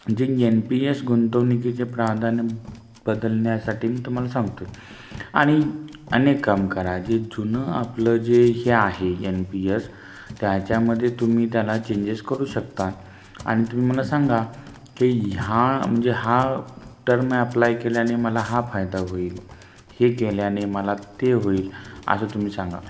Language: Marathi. जी येन पी एस गुंतवणुकीचे प्राधान्य बदलण्यासाठी मी तुम्हाला सांगतो आहे आणि एक काम करा जे जुनं आपलं जे हे आहे एन पी एस त्याच्यामध्ये तुम्ही त्याला चेंजेस करू शकता आणि तुम्ही मला सांगा की ह्या म्हणजे हा टर्म अप्लाय केल्याने मला हा फायदा होईल हे केल्याने मला ते होईल असं तुम्ही सांगा